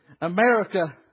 America